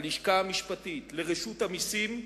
ללשכה המשפטית, לרשות המסים,